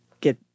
get